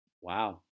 Wow